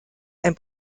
ein